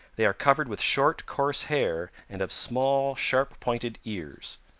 they are covered with short coarse hair and have small, sharp-pointed ears.